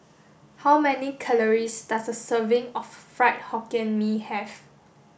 how many calories does a serving of Fried Hokkien Mee have